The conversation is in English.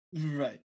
Right